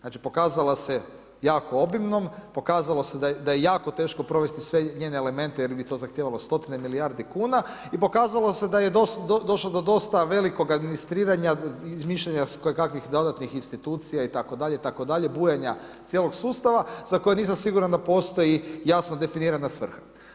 Znači pokazala se jako obimnom, pokazalo se da je jako teško provesti sve njene elemente jer bi to zahtijevalo stotine milijardi kuna i pokazalo se da je došlo do dosta velikog administriranja i izmišljanja kojekakvih dodatnih institucija itd., itd. bujanja cijelog sustava za koje nisam siguran da postoji jasno definirana svrha.